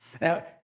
Now